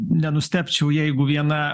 nenustebčiau jeigu viena